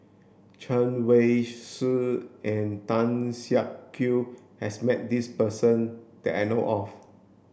Chen Wen Hsi and Tan Siak Kew has met this person that I know of